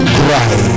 cry